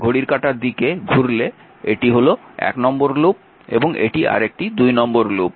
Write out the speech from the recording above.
ঘড়ির কাঁটার দিকে ঘুরলে এটি হল 1 নম্বর লুপ এবং এটি আরেকটি 2 নম্বর লুপ